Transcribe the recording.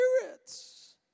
spirits